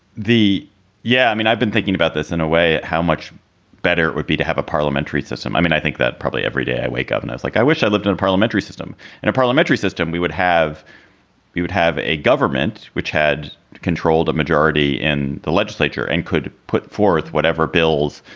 the yeah. i mean, i've been thinking about this in a way how much better it would be to have a parliamentary system. i mean, i think that probably every day i wake up and it's like i wish i lived in a parliamentary system and a parliamentary system, we would have we would have a government which had controlled a majority in the legislature and could put forth whatever bills,